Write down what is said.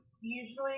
Usually